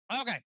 okay